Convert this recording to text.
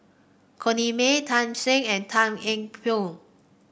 Corrinne May Tan Shen and Tan Eng